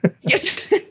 Yes